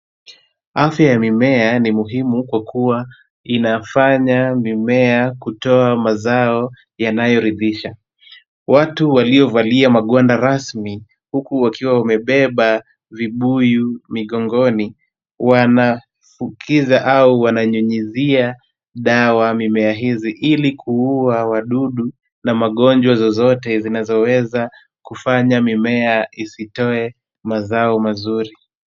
Afya ya mimea ni muhimu kwa kuwa inafanya mimea kutoa mazao yanayoridhisha. Watu waliovalia magwanda rasmi huku wakiwa wamebeba vibuyu migongoni wanafukiza au wananyunyizia dawa mimea hizi ili kuua wadudu na magonjwa zozote zinazoweza kufanya mimea isitoe mazao mazuri.